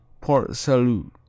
port-salut